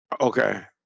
Okay